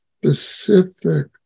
specific